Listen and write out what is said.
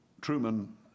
Truman